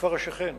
הכפר השכן.